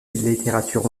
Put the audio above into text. littérature